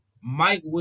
Mike